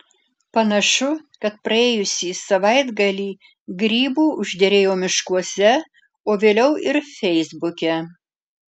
panašu kad praėjusį savaitgalį grybų užderėjo miškuose o vėliau ir feisbuke